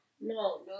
No